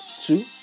two